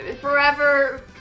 forever